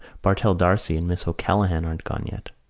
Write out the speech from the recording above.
bartell d'arcy and miss o'callaghan aren't gone yet.